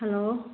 hello